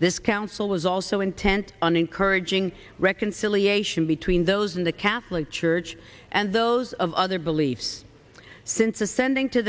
this council was also intent on encouraging reconciliation between those in the catholic church and those of other beliefs since ascending to